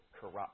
corrupt